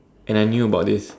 and I knew about this